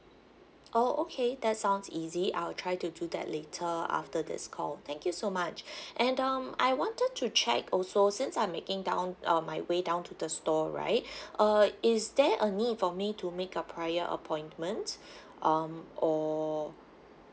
oh okay that sounds easy I will try to do that later after this call thank you so much and um I wanted to check also since I'm making down um my way down to the store right uh is there a need for me to make a prior appointment um or